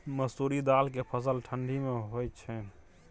मसुरि दाल के फसल ठंडी मे होय छै?